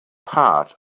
part